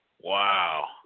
Wow